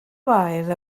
wael